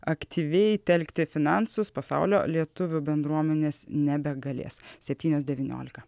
aktyviai telkti finansus pasaulio lietuvių bendruomenės nebegalės septynios devyniolika